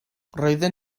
roedden